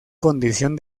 condición